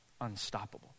Unstoppable